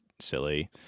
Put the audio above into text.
silly